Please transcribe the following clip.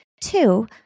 Two